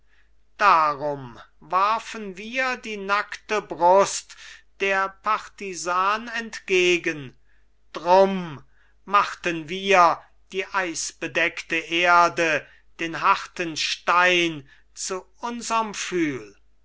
darum warfen wir die nackte brust der partisan entgegen drum machten wir die eisbedeckte erde den harten stein zu unserm pfühl